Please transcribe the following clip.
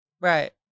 Right